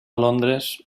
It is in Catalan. londres